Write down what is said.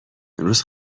امروز